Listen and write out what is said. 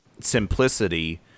simplicity